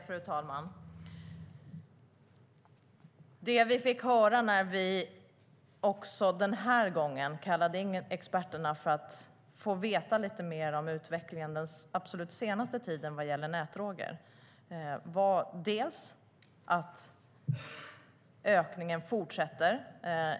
Fru talman! När vi kallade in experterna för att få veta lite mer om utvecklingen av nätdroger under den absolut senaste tiden fick vi, också den här gången, höra att ökningen fortsätter.